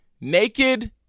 Naked